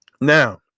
Now